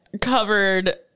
covered